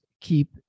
keep